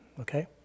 okay